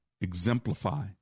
exemplify